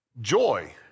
joy